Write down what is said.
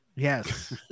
Yes